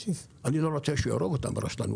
אני לא רוצה שהוא יהרוג אותם ברשלנות,